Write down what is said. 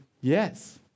yes